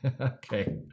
Okay